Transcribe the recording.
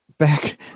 Back